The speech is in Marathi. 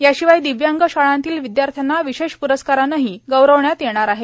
याशिवाय दिव्यांग शाळांतील विद्यार्थ्याना विशेष प्रस्कारानंही गौरविण्यात येणार आहे